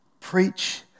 Preach